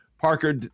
Parker